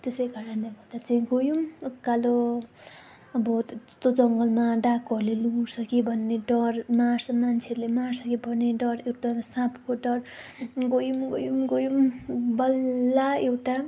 त्यसै कारणले गर्दा चाहिँ गयौँ उकालो अब त्यस्तो जङ्गलमा डाकुहरूले लुट्छ कि भन्ने डर मार्छ मान्छेले मार्छ कि भन्ने डर एउटा त साँपको डर गयौँ गयौँ गयौँ बल्ल एउटा